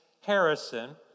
Harrison